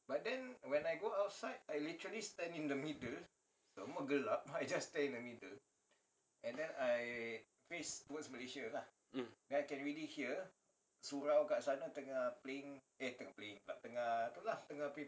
mm